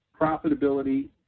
profitability